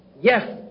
Yes